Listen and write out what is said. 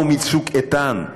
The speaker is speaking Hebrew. באו מצוק איתן,